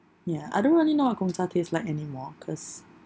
ya I don't really know what Gong Cha taste like anymore cause